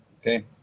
Okay